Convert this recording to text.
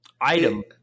item